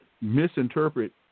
misinterpret